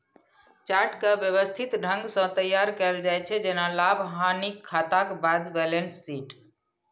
chart कें व्यवस्थित ढंग सं तैयार कैल जाइ छै, जेना लाभ, हानिक खाताक बाद बैलेंस शीट